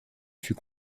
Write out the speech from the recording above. fut